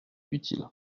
utile